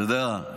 אתה יודע,